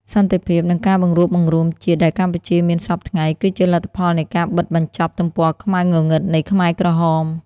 សន្តិភាព និងការបង្រួបបង្រួមជាតិដែលកម្ពុជាមានសព្វថ្ងៃ គឺជាលទ្ធផលនៃការបិទបញ្ចប់ទំព័រខ្មៅងងឹតនៃខ្មែរក្រហម។